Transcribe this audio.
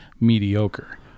mediocre